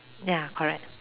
ya correct